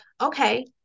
okay